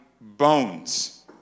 bones